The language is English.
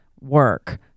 work